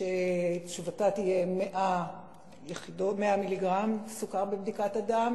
שתוצאתה תהיה 100 מ"ג סוכר בבדיקת הדם,